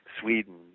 Sweden